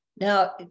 now